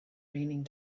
raining